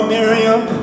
Miriam